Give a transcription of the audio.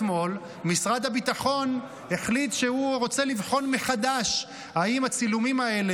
אתמול משרד הביטחון החליט שהוא רוצה לבחון מחדש אם הצילומים האלה